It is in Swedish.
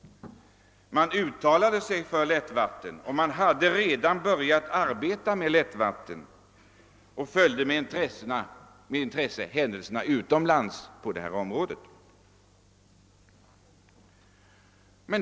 Man uttalade sig för lättvatten och hade redan börjat arbeta med det och följde med stort intresse händelserna utomlands på detta område.